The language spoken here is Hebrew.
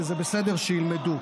וזה בסדר שילמדו.